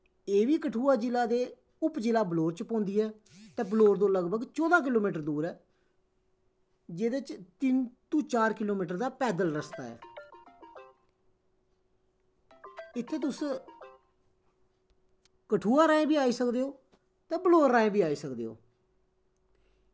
एह् बी कठुआ जि'ला दे उप जि'ला बलौर च पौंदी ऐ ते बलौर तो लगभग चौदां किलो मीटर दूर ऐ जेह्दे बिच्च किन्तु चार किलो मीटर दा पैदल रस्ता ऐ इत्थें तुस कठुआ राहें बी आई सकदे ओ ते बलौर राहें बी आई सकदे ओ